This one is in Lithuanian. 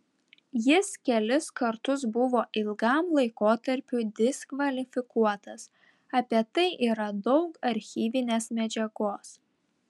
jis kelis kartus buvo ilgam laikotarpiui diskvalifikuotas apie tai yra daug archyvinės medžiagos